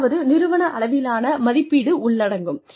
அதாவது நிறுவன அளவிலான மதிப்பீடு உள்ளடங்கும்